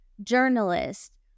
Journalist